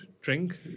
drink